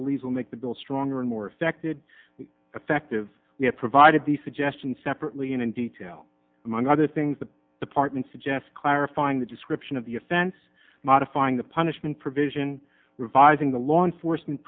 believes will make the bill stronger and more effected effective we have provided these suggestions separately and in detail among other things the department of yes clarifying the description of the offense modifying the punishment provision revising the law enforcement